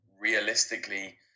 realistically